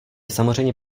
samozřejmě